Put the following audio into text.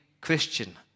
Christian